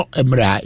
emra